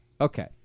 Okay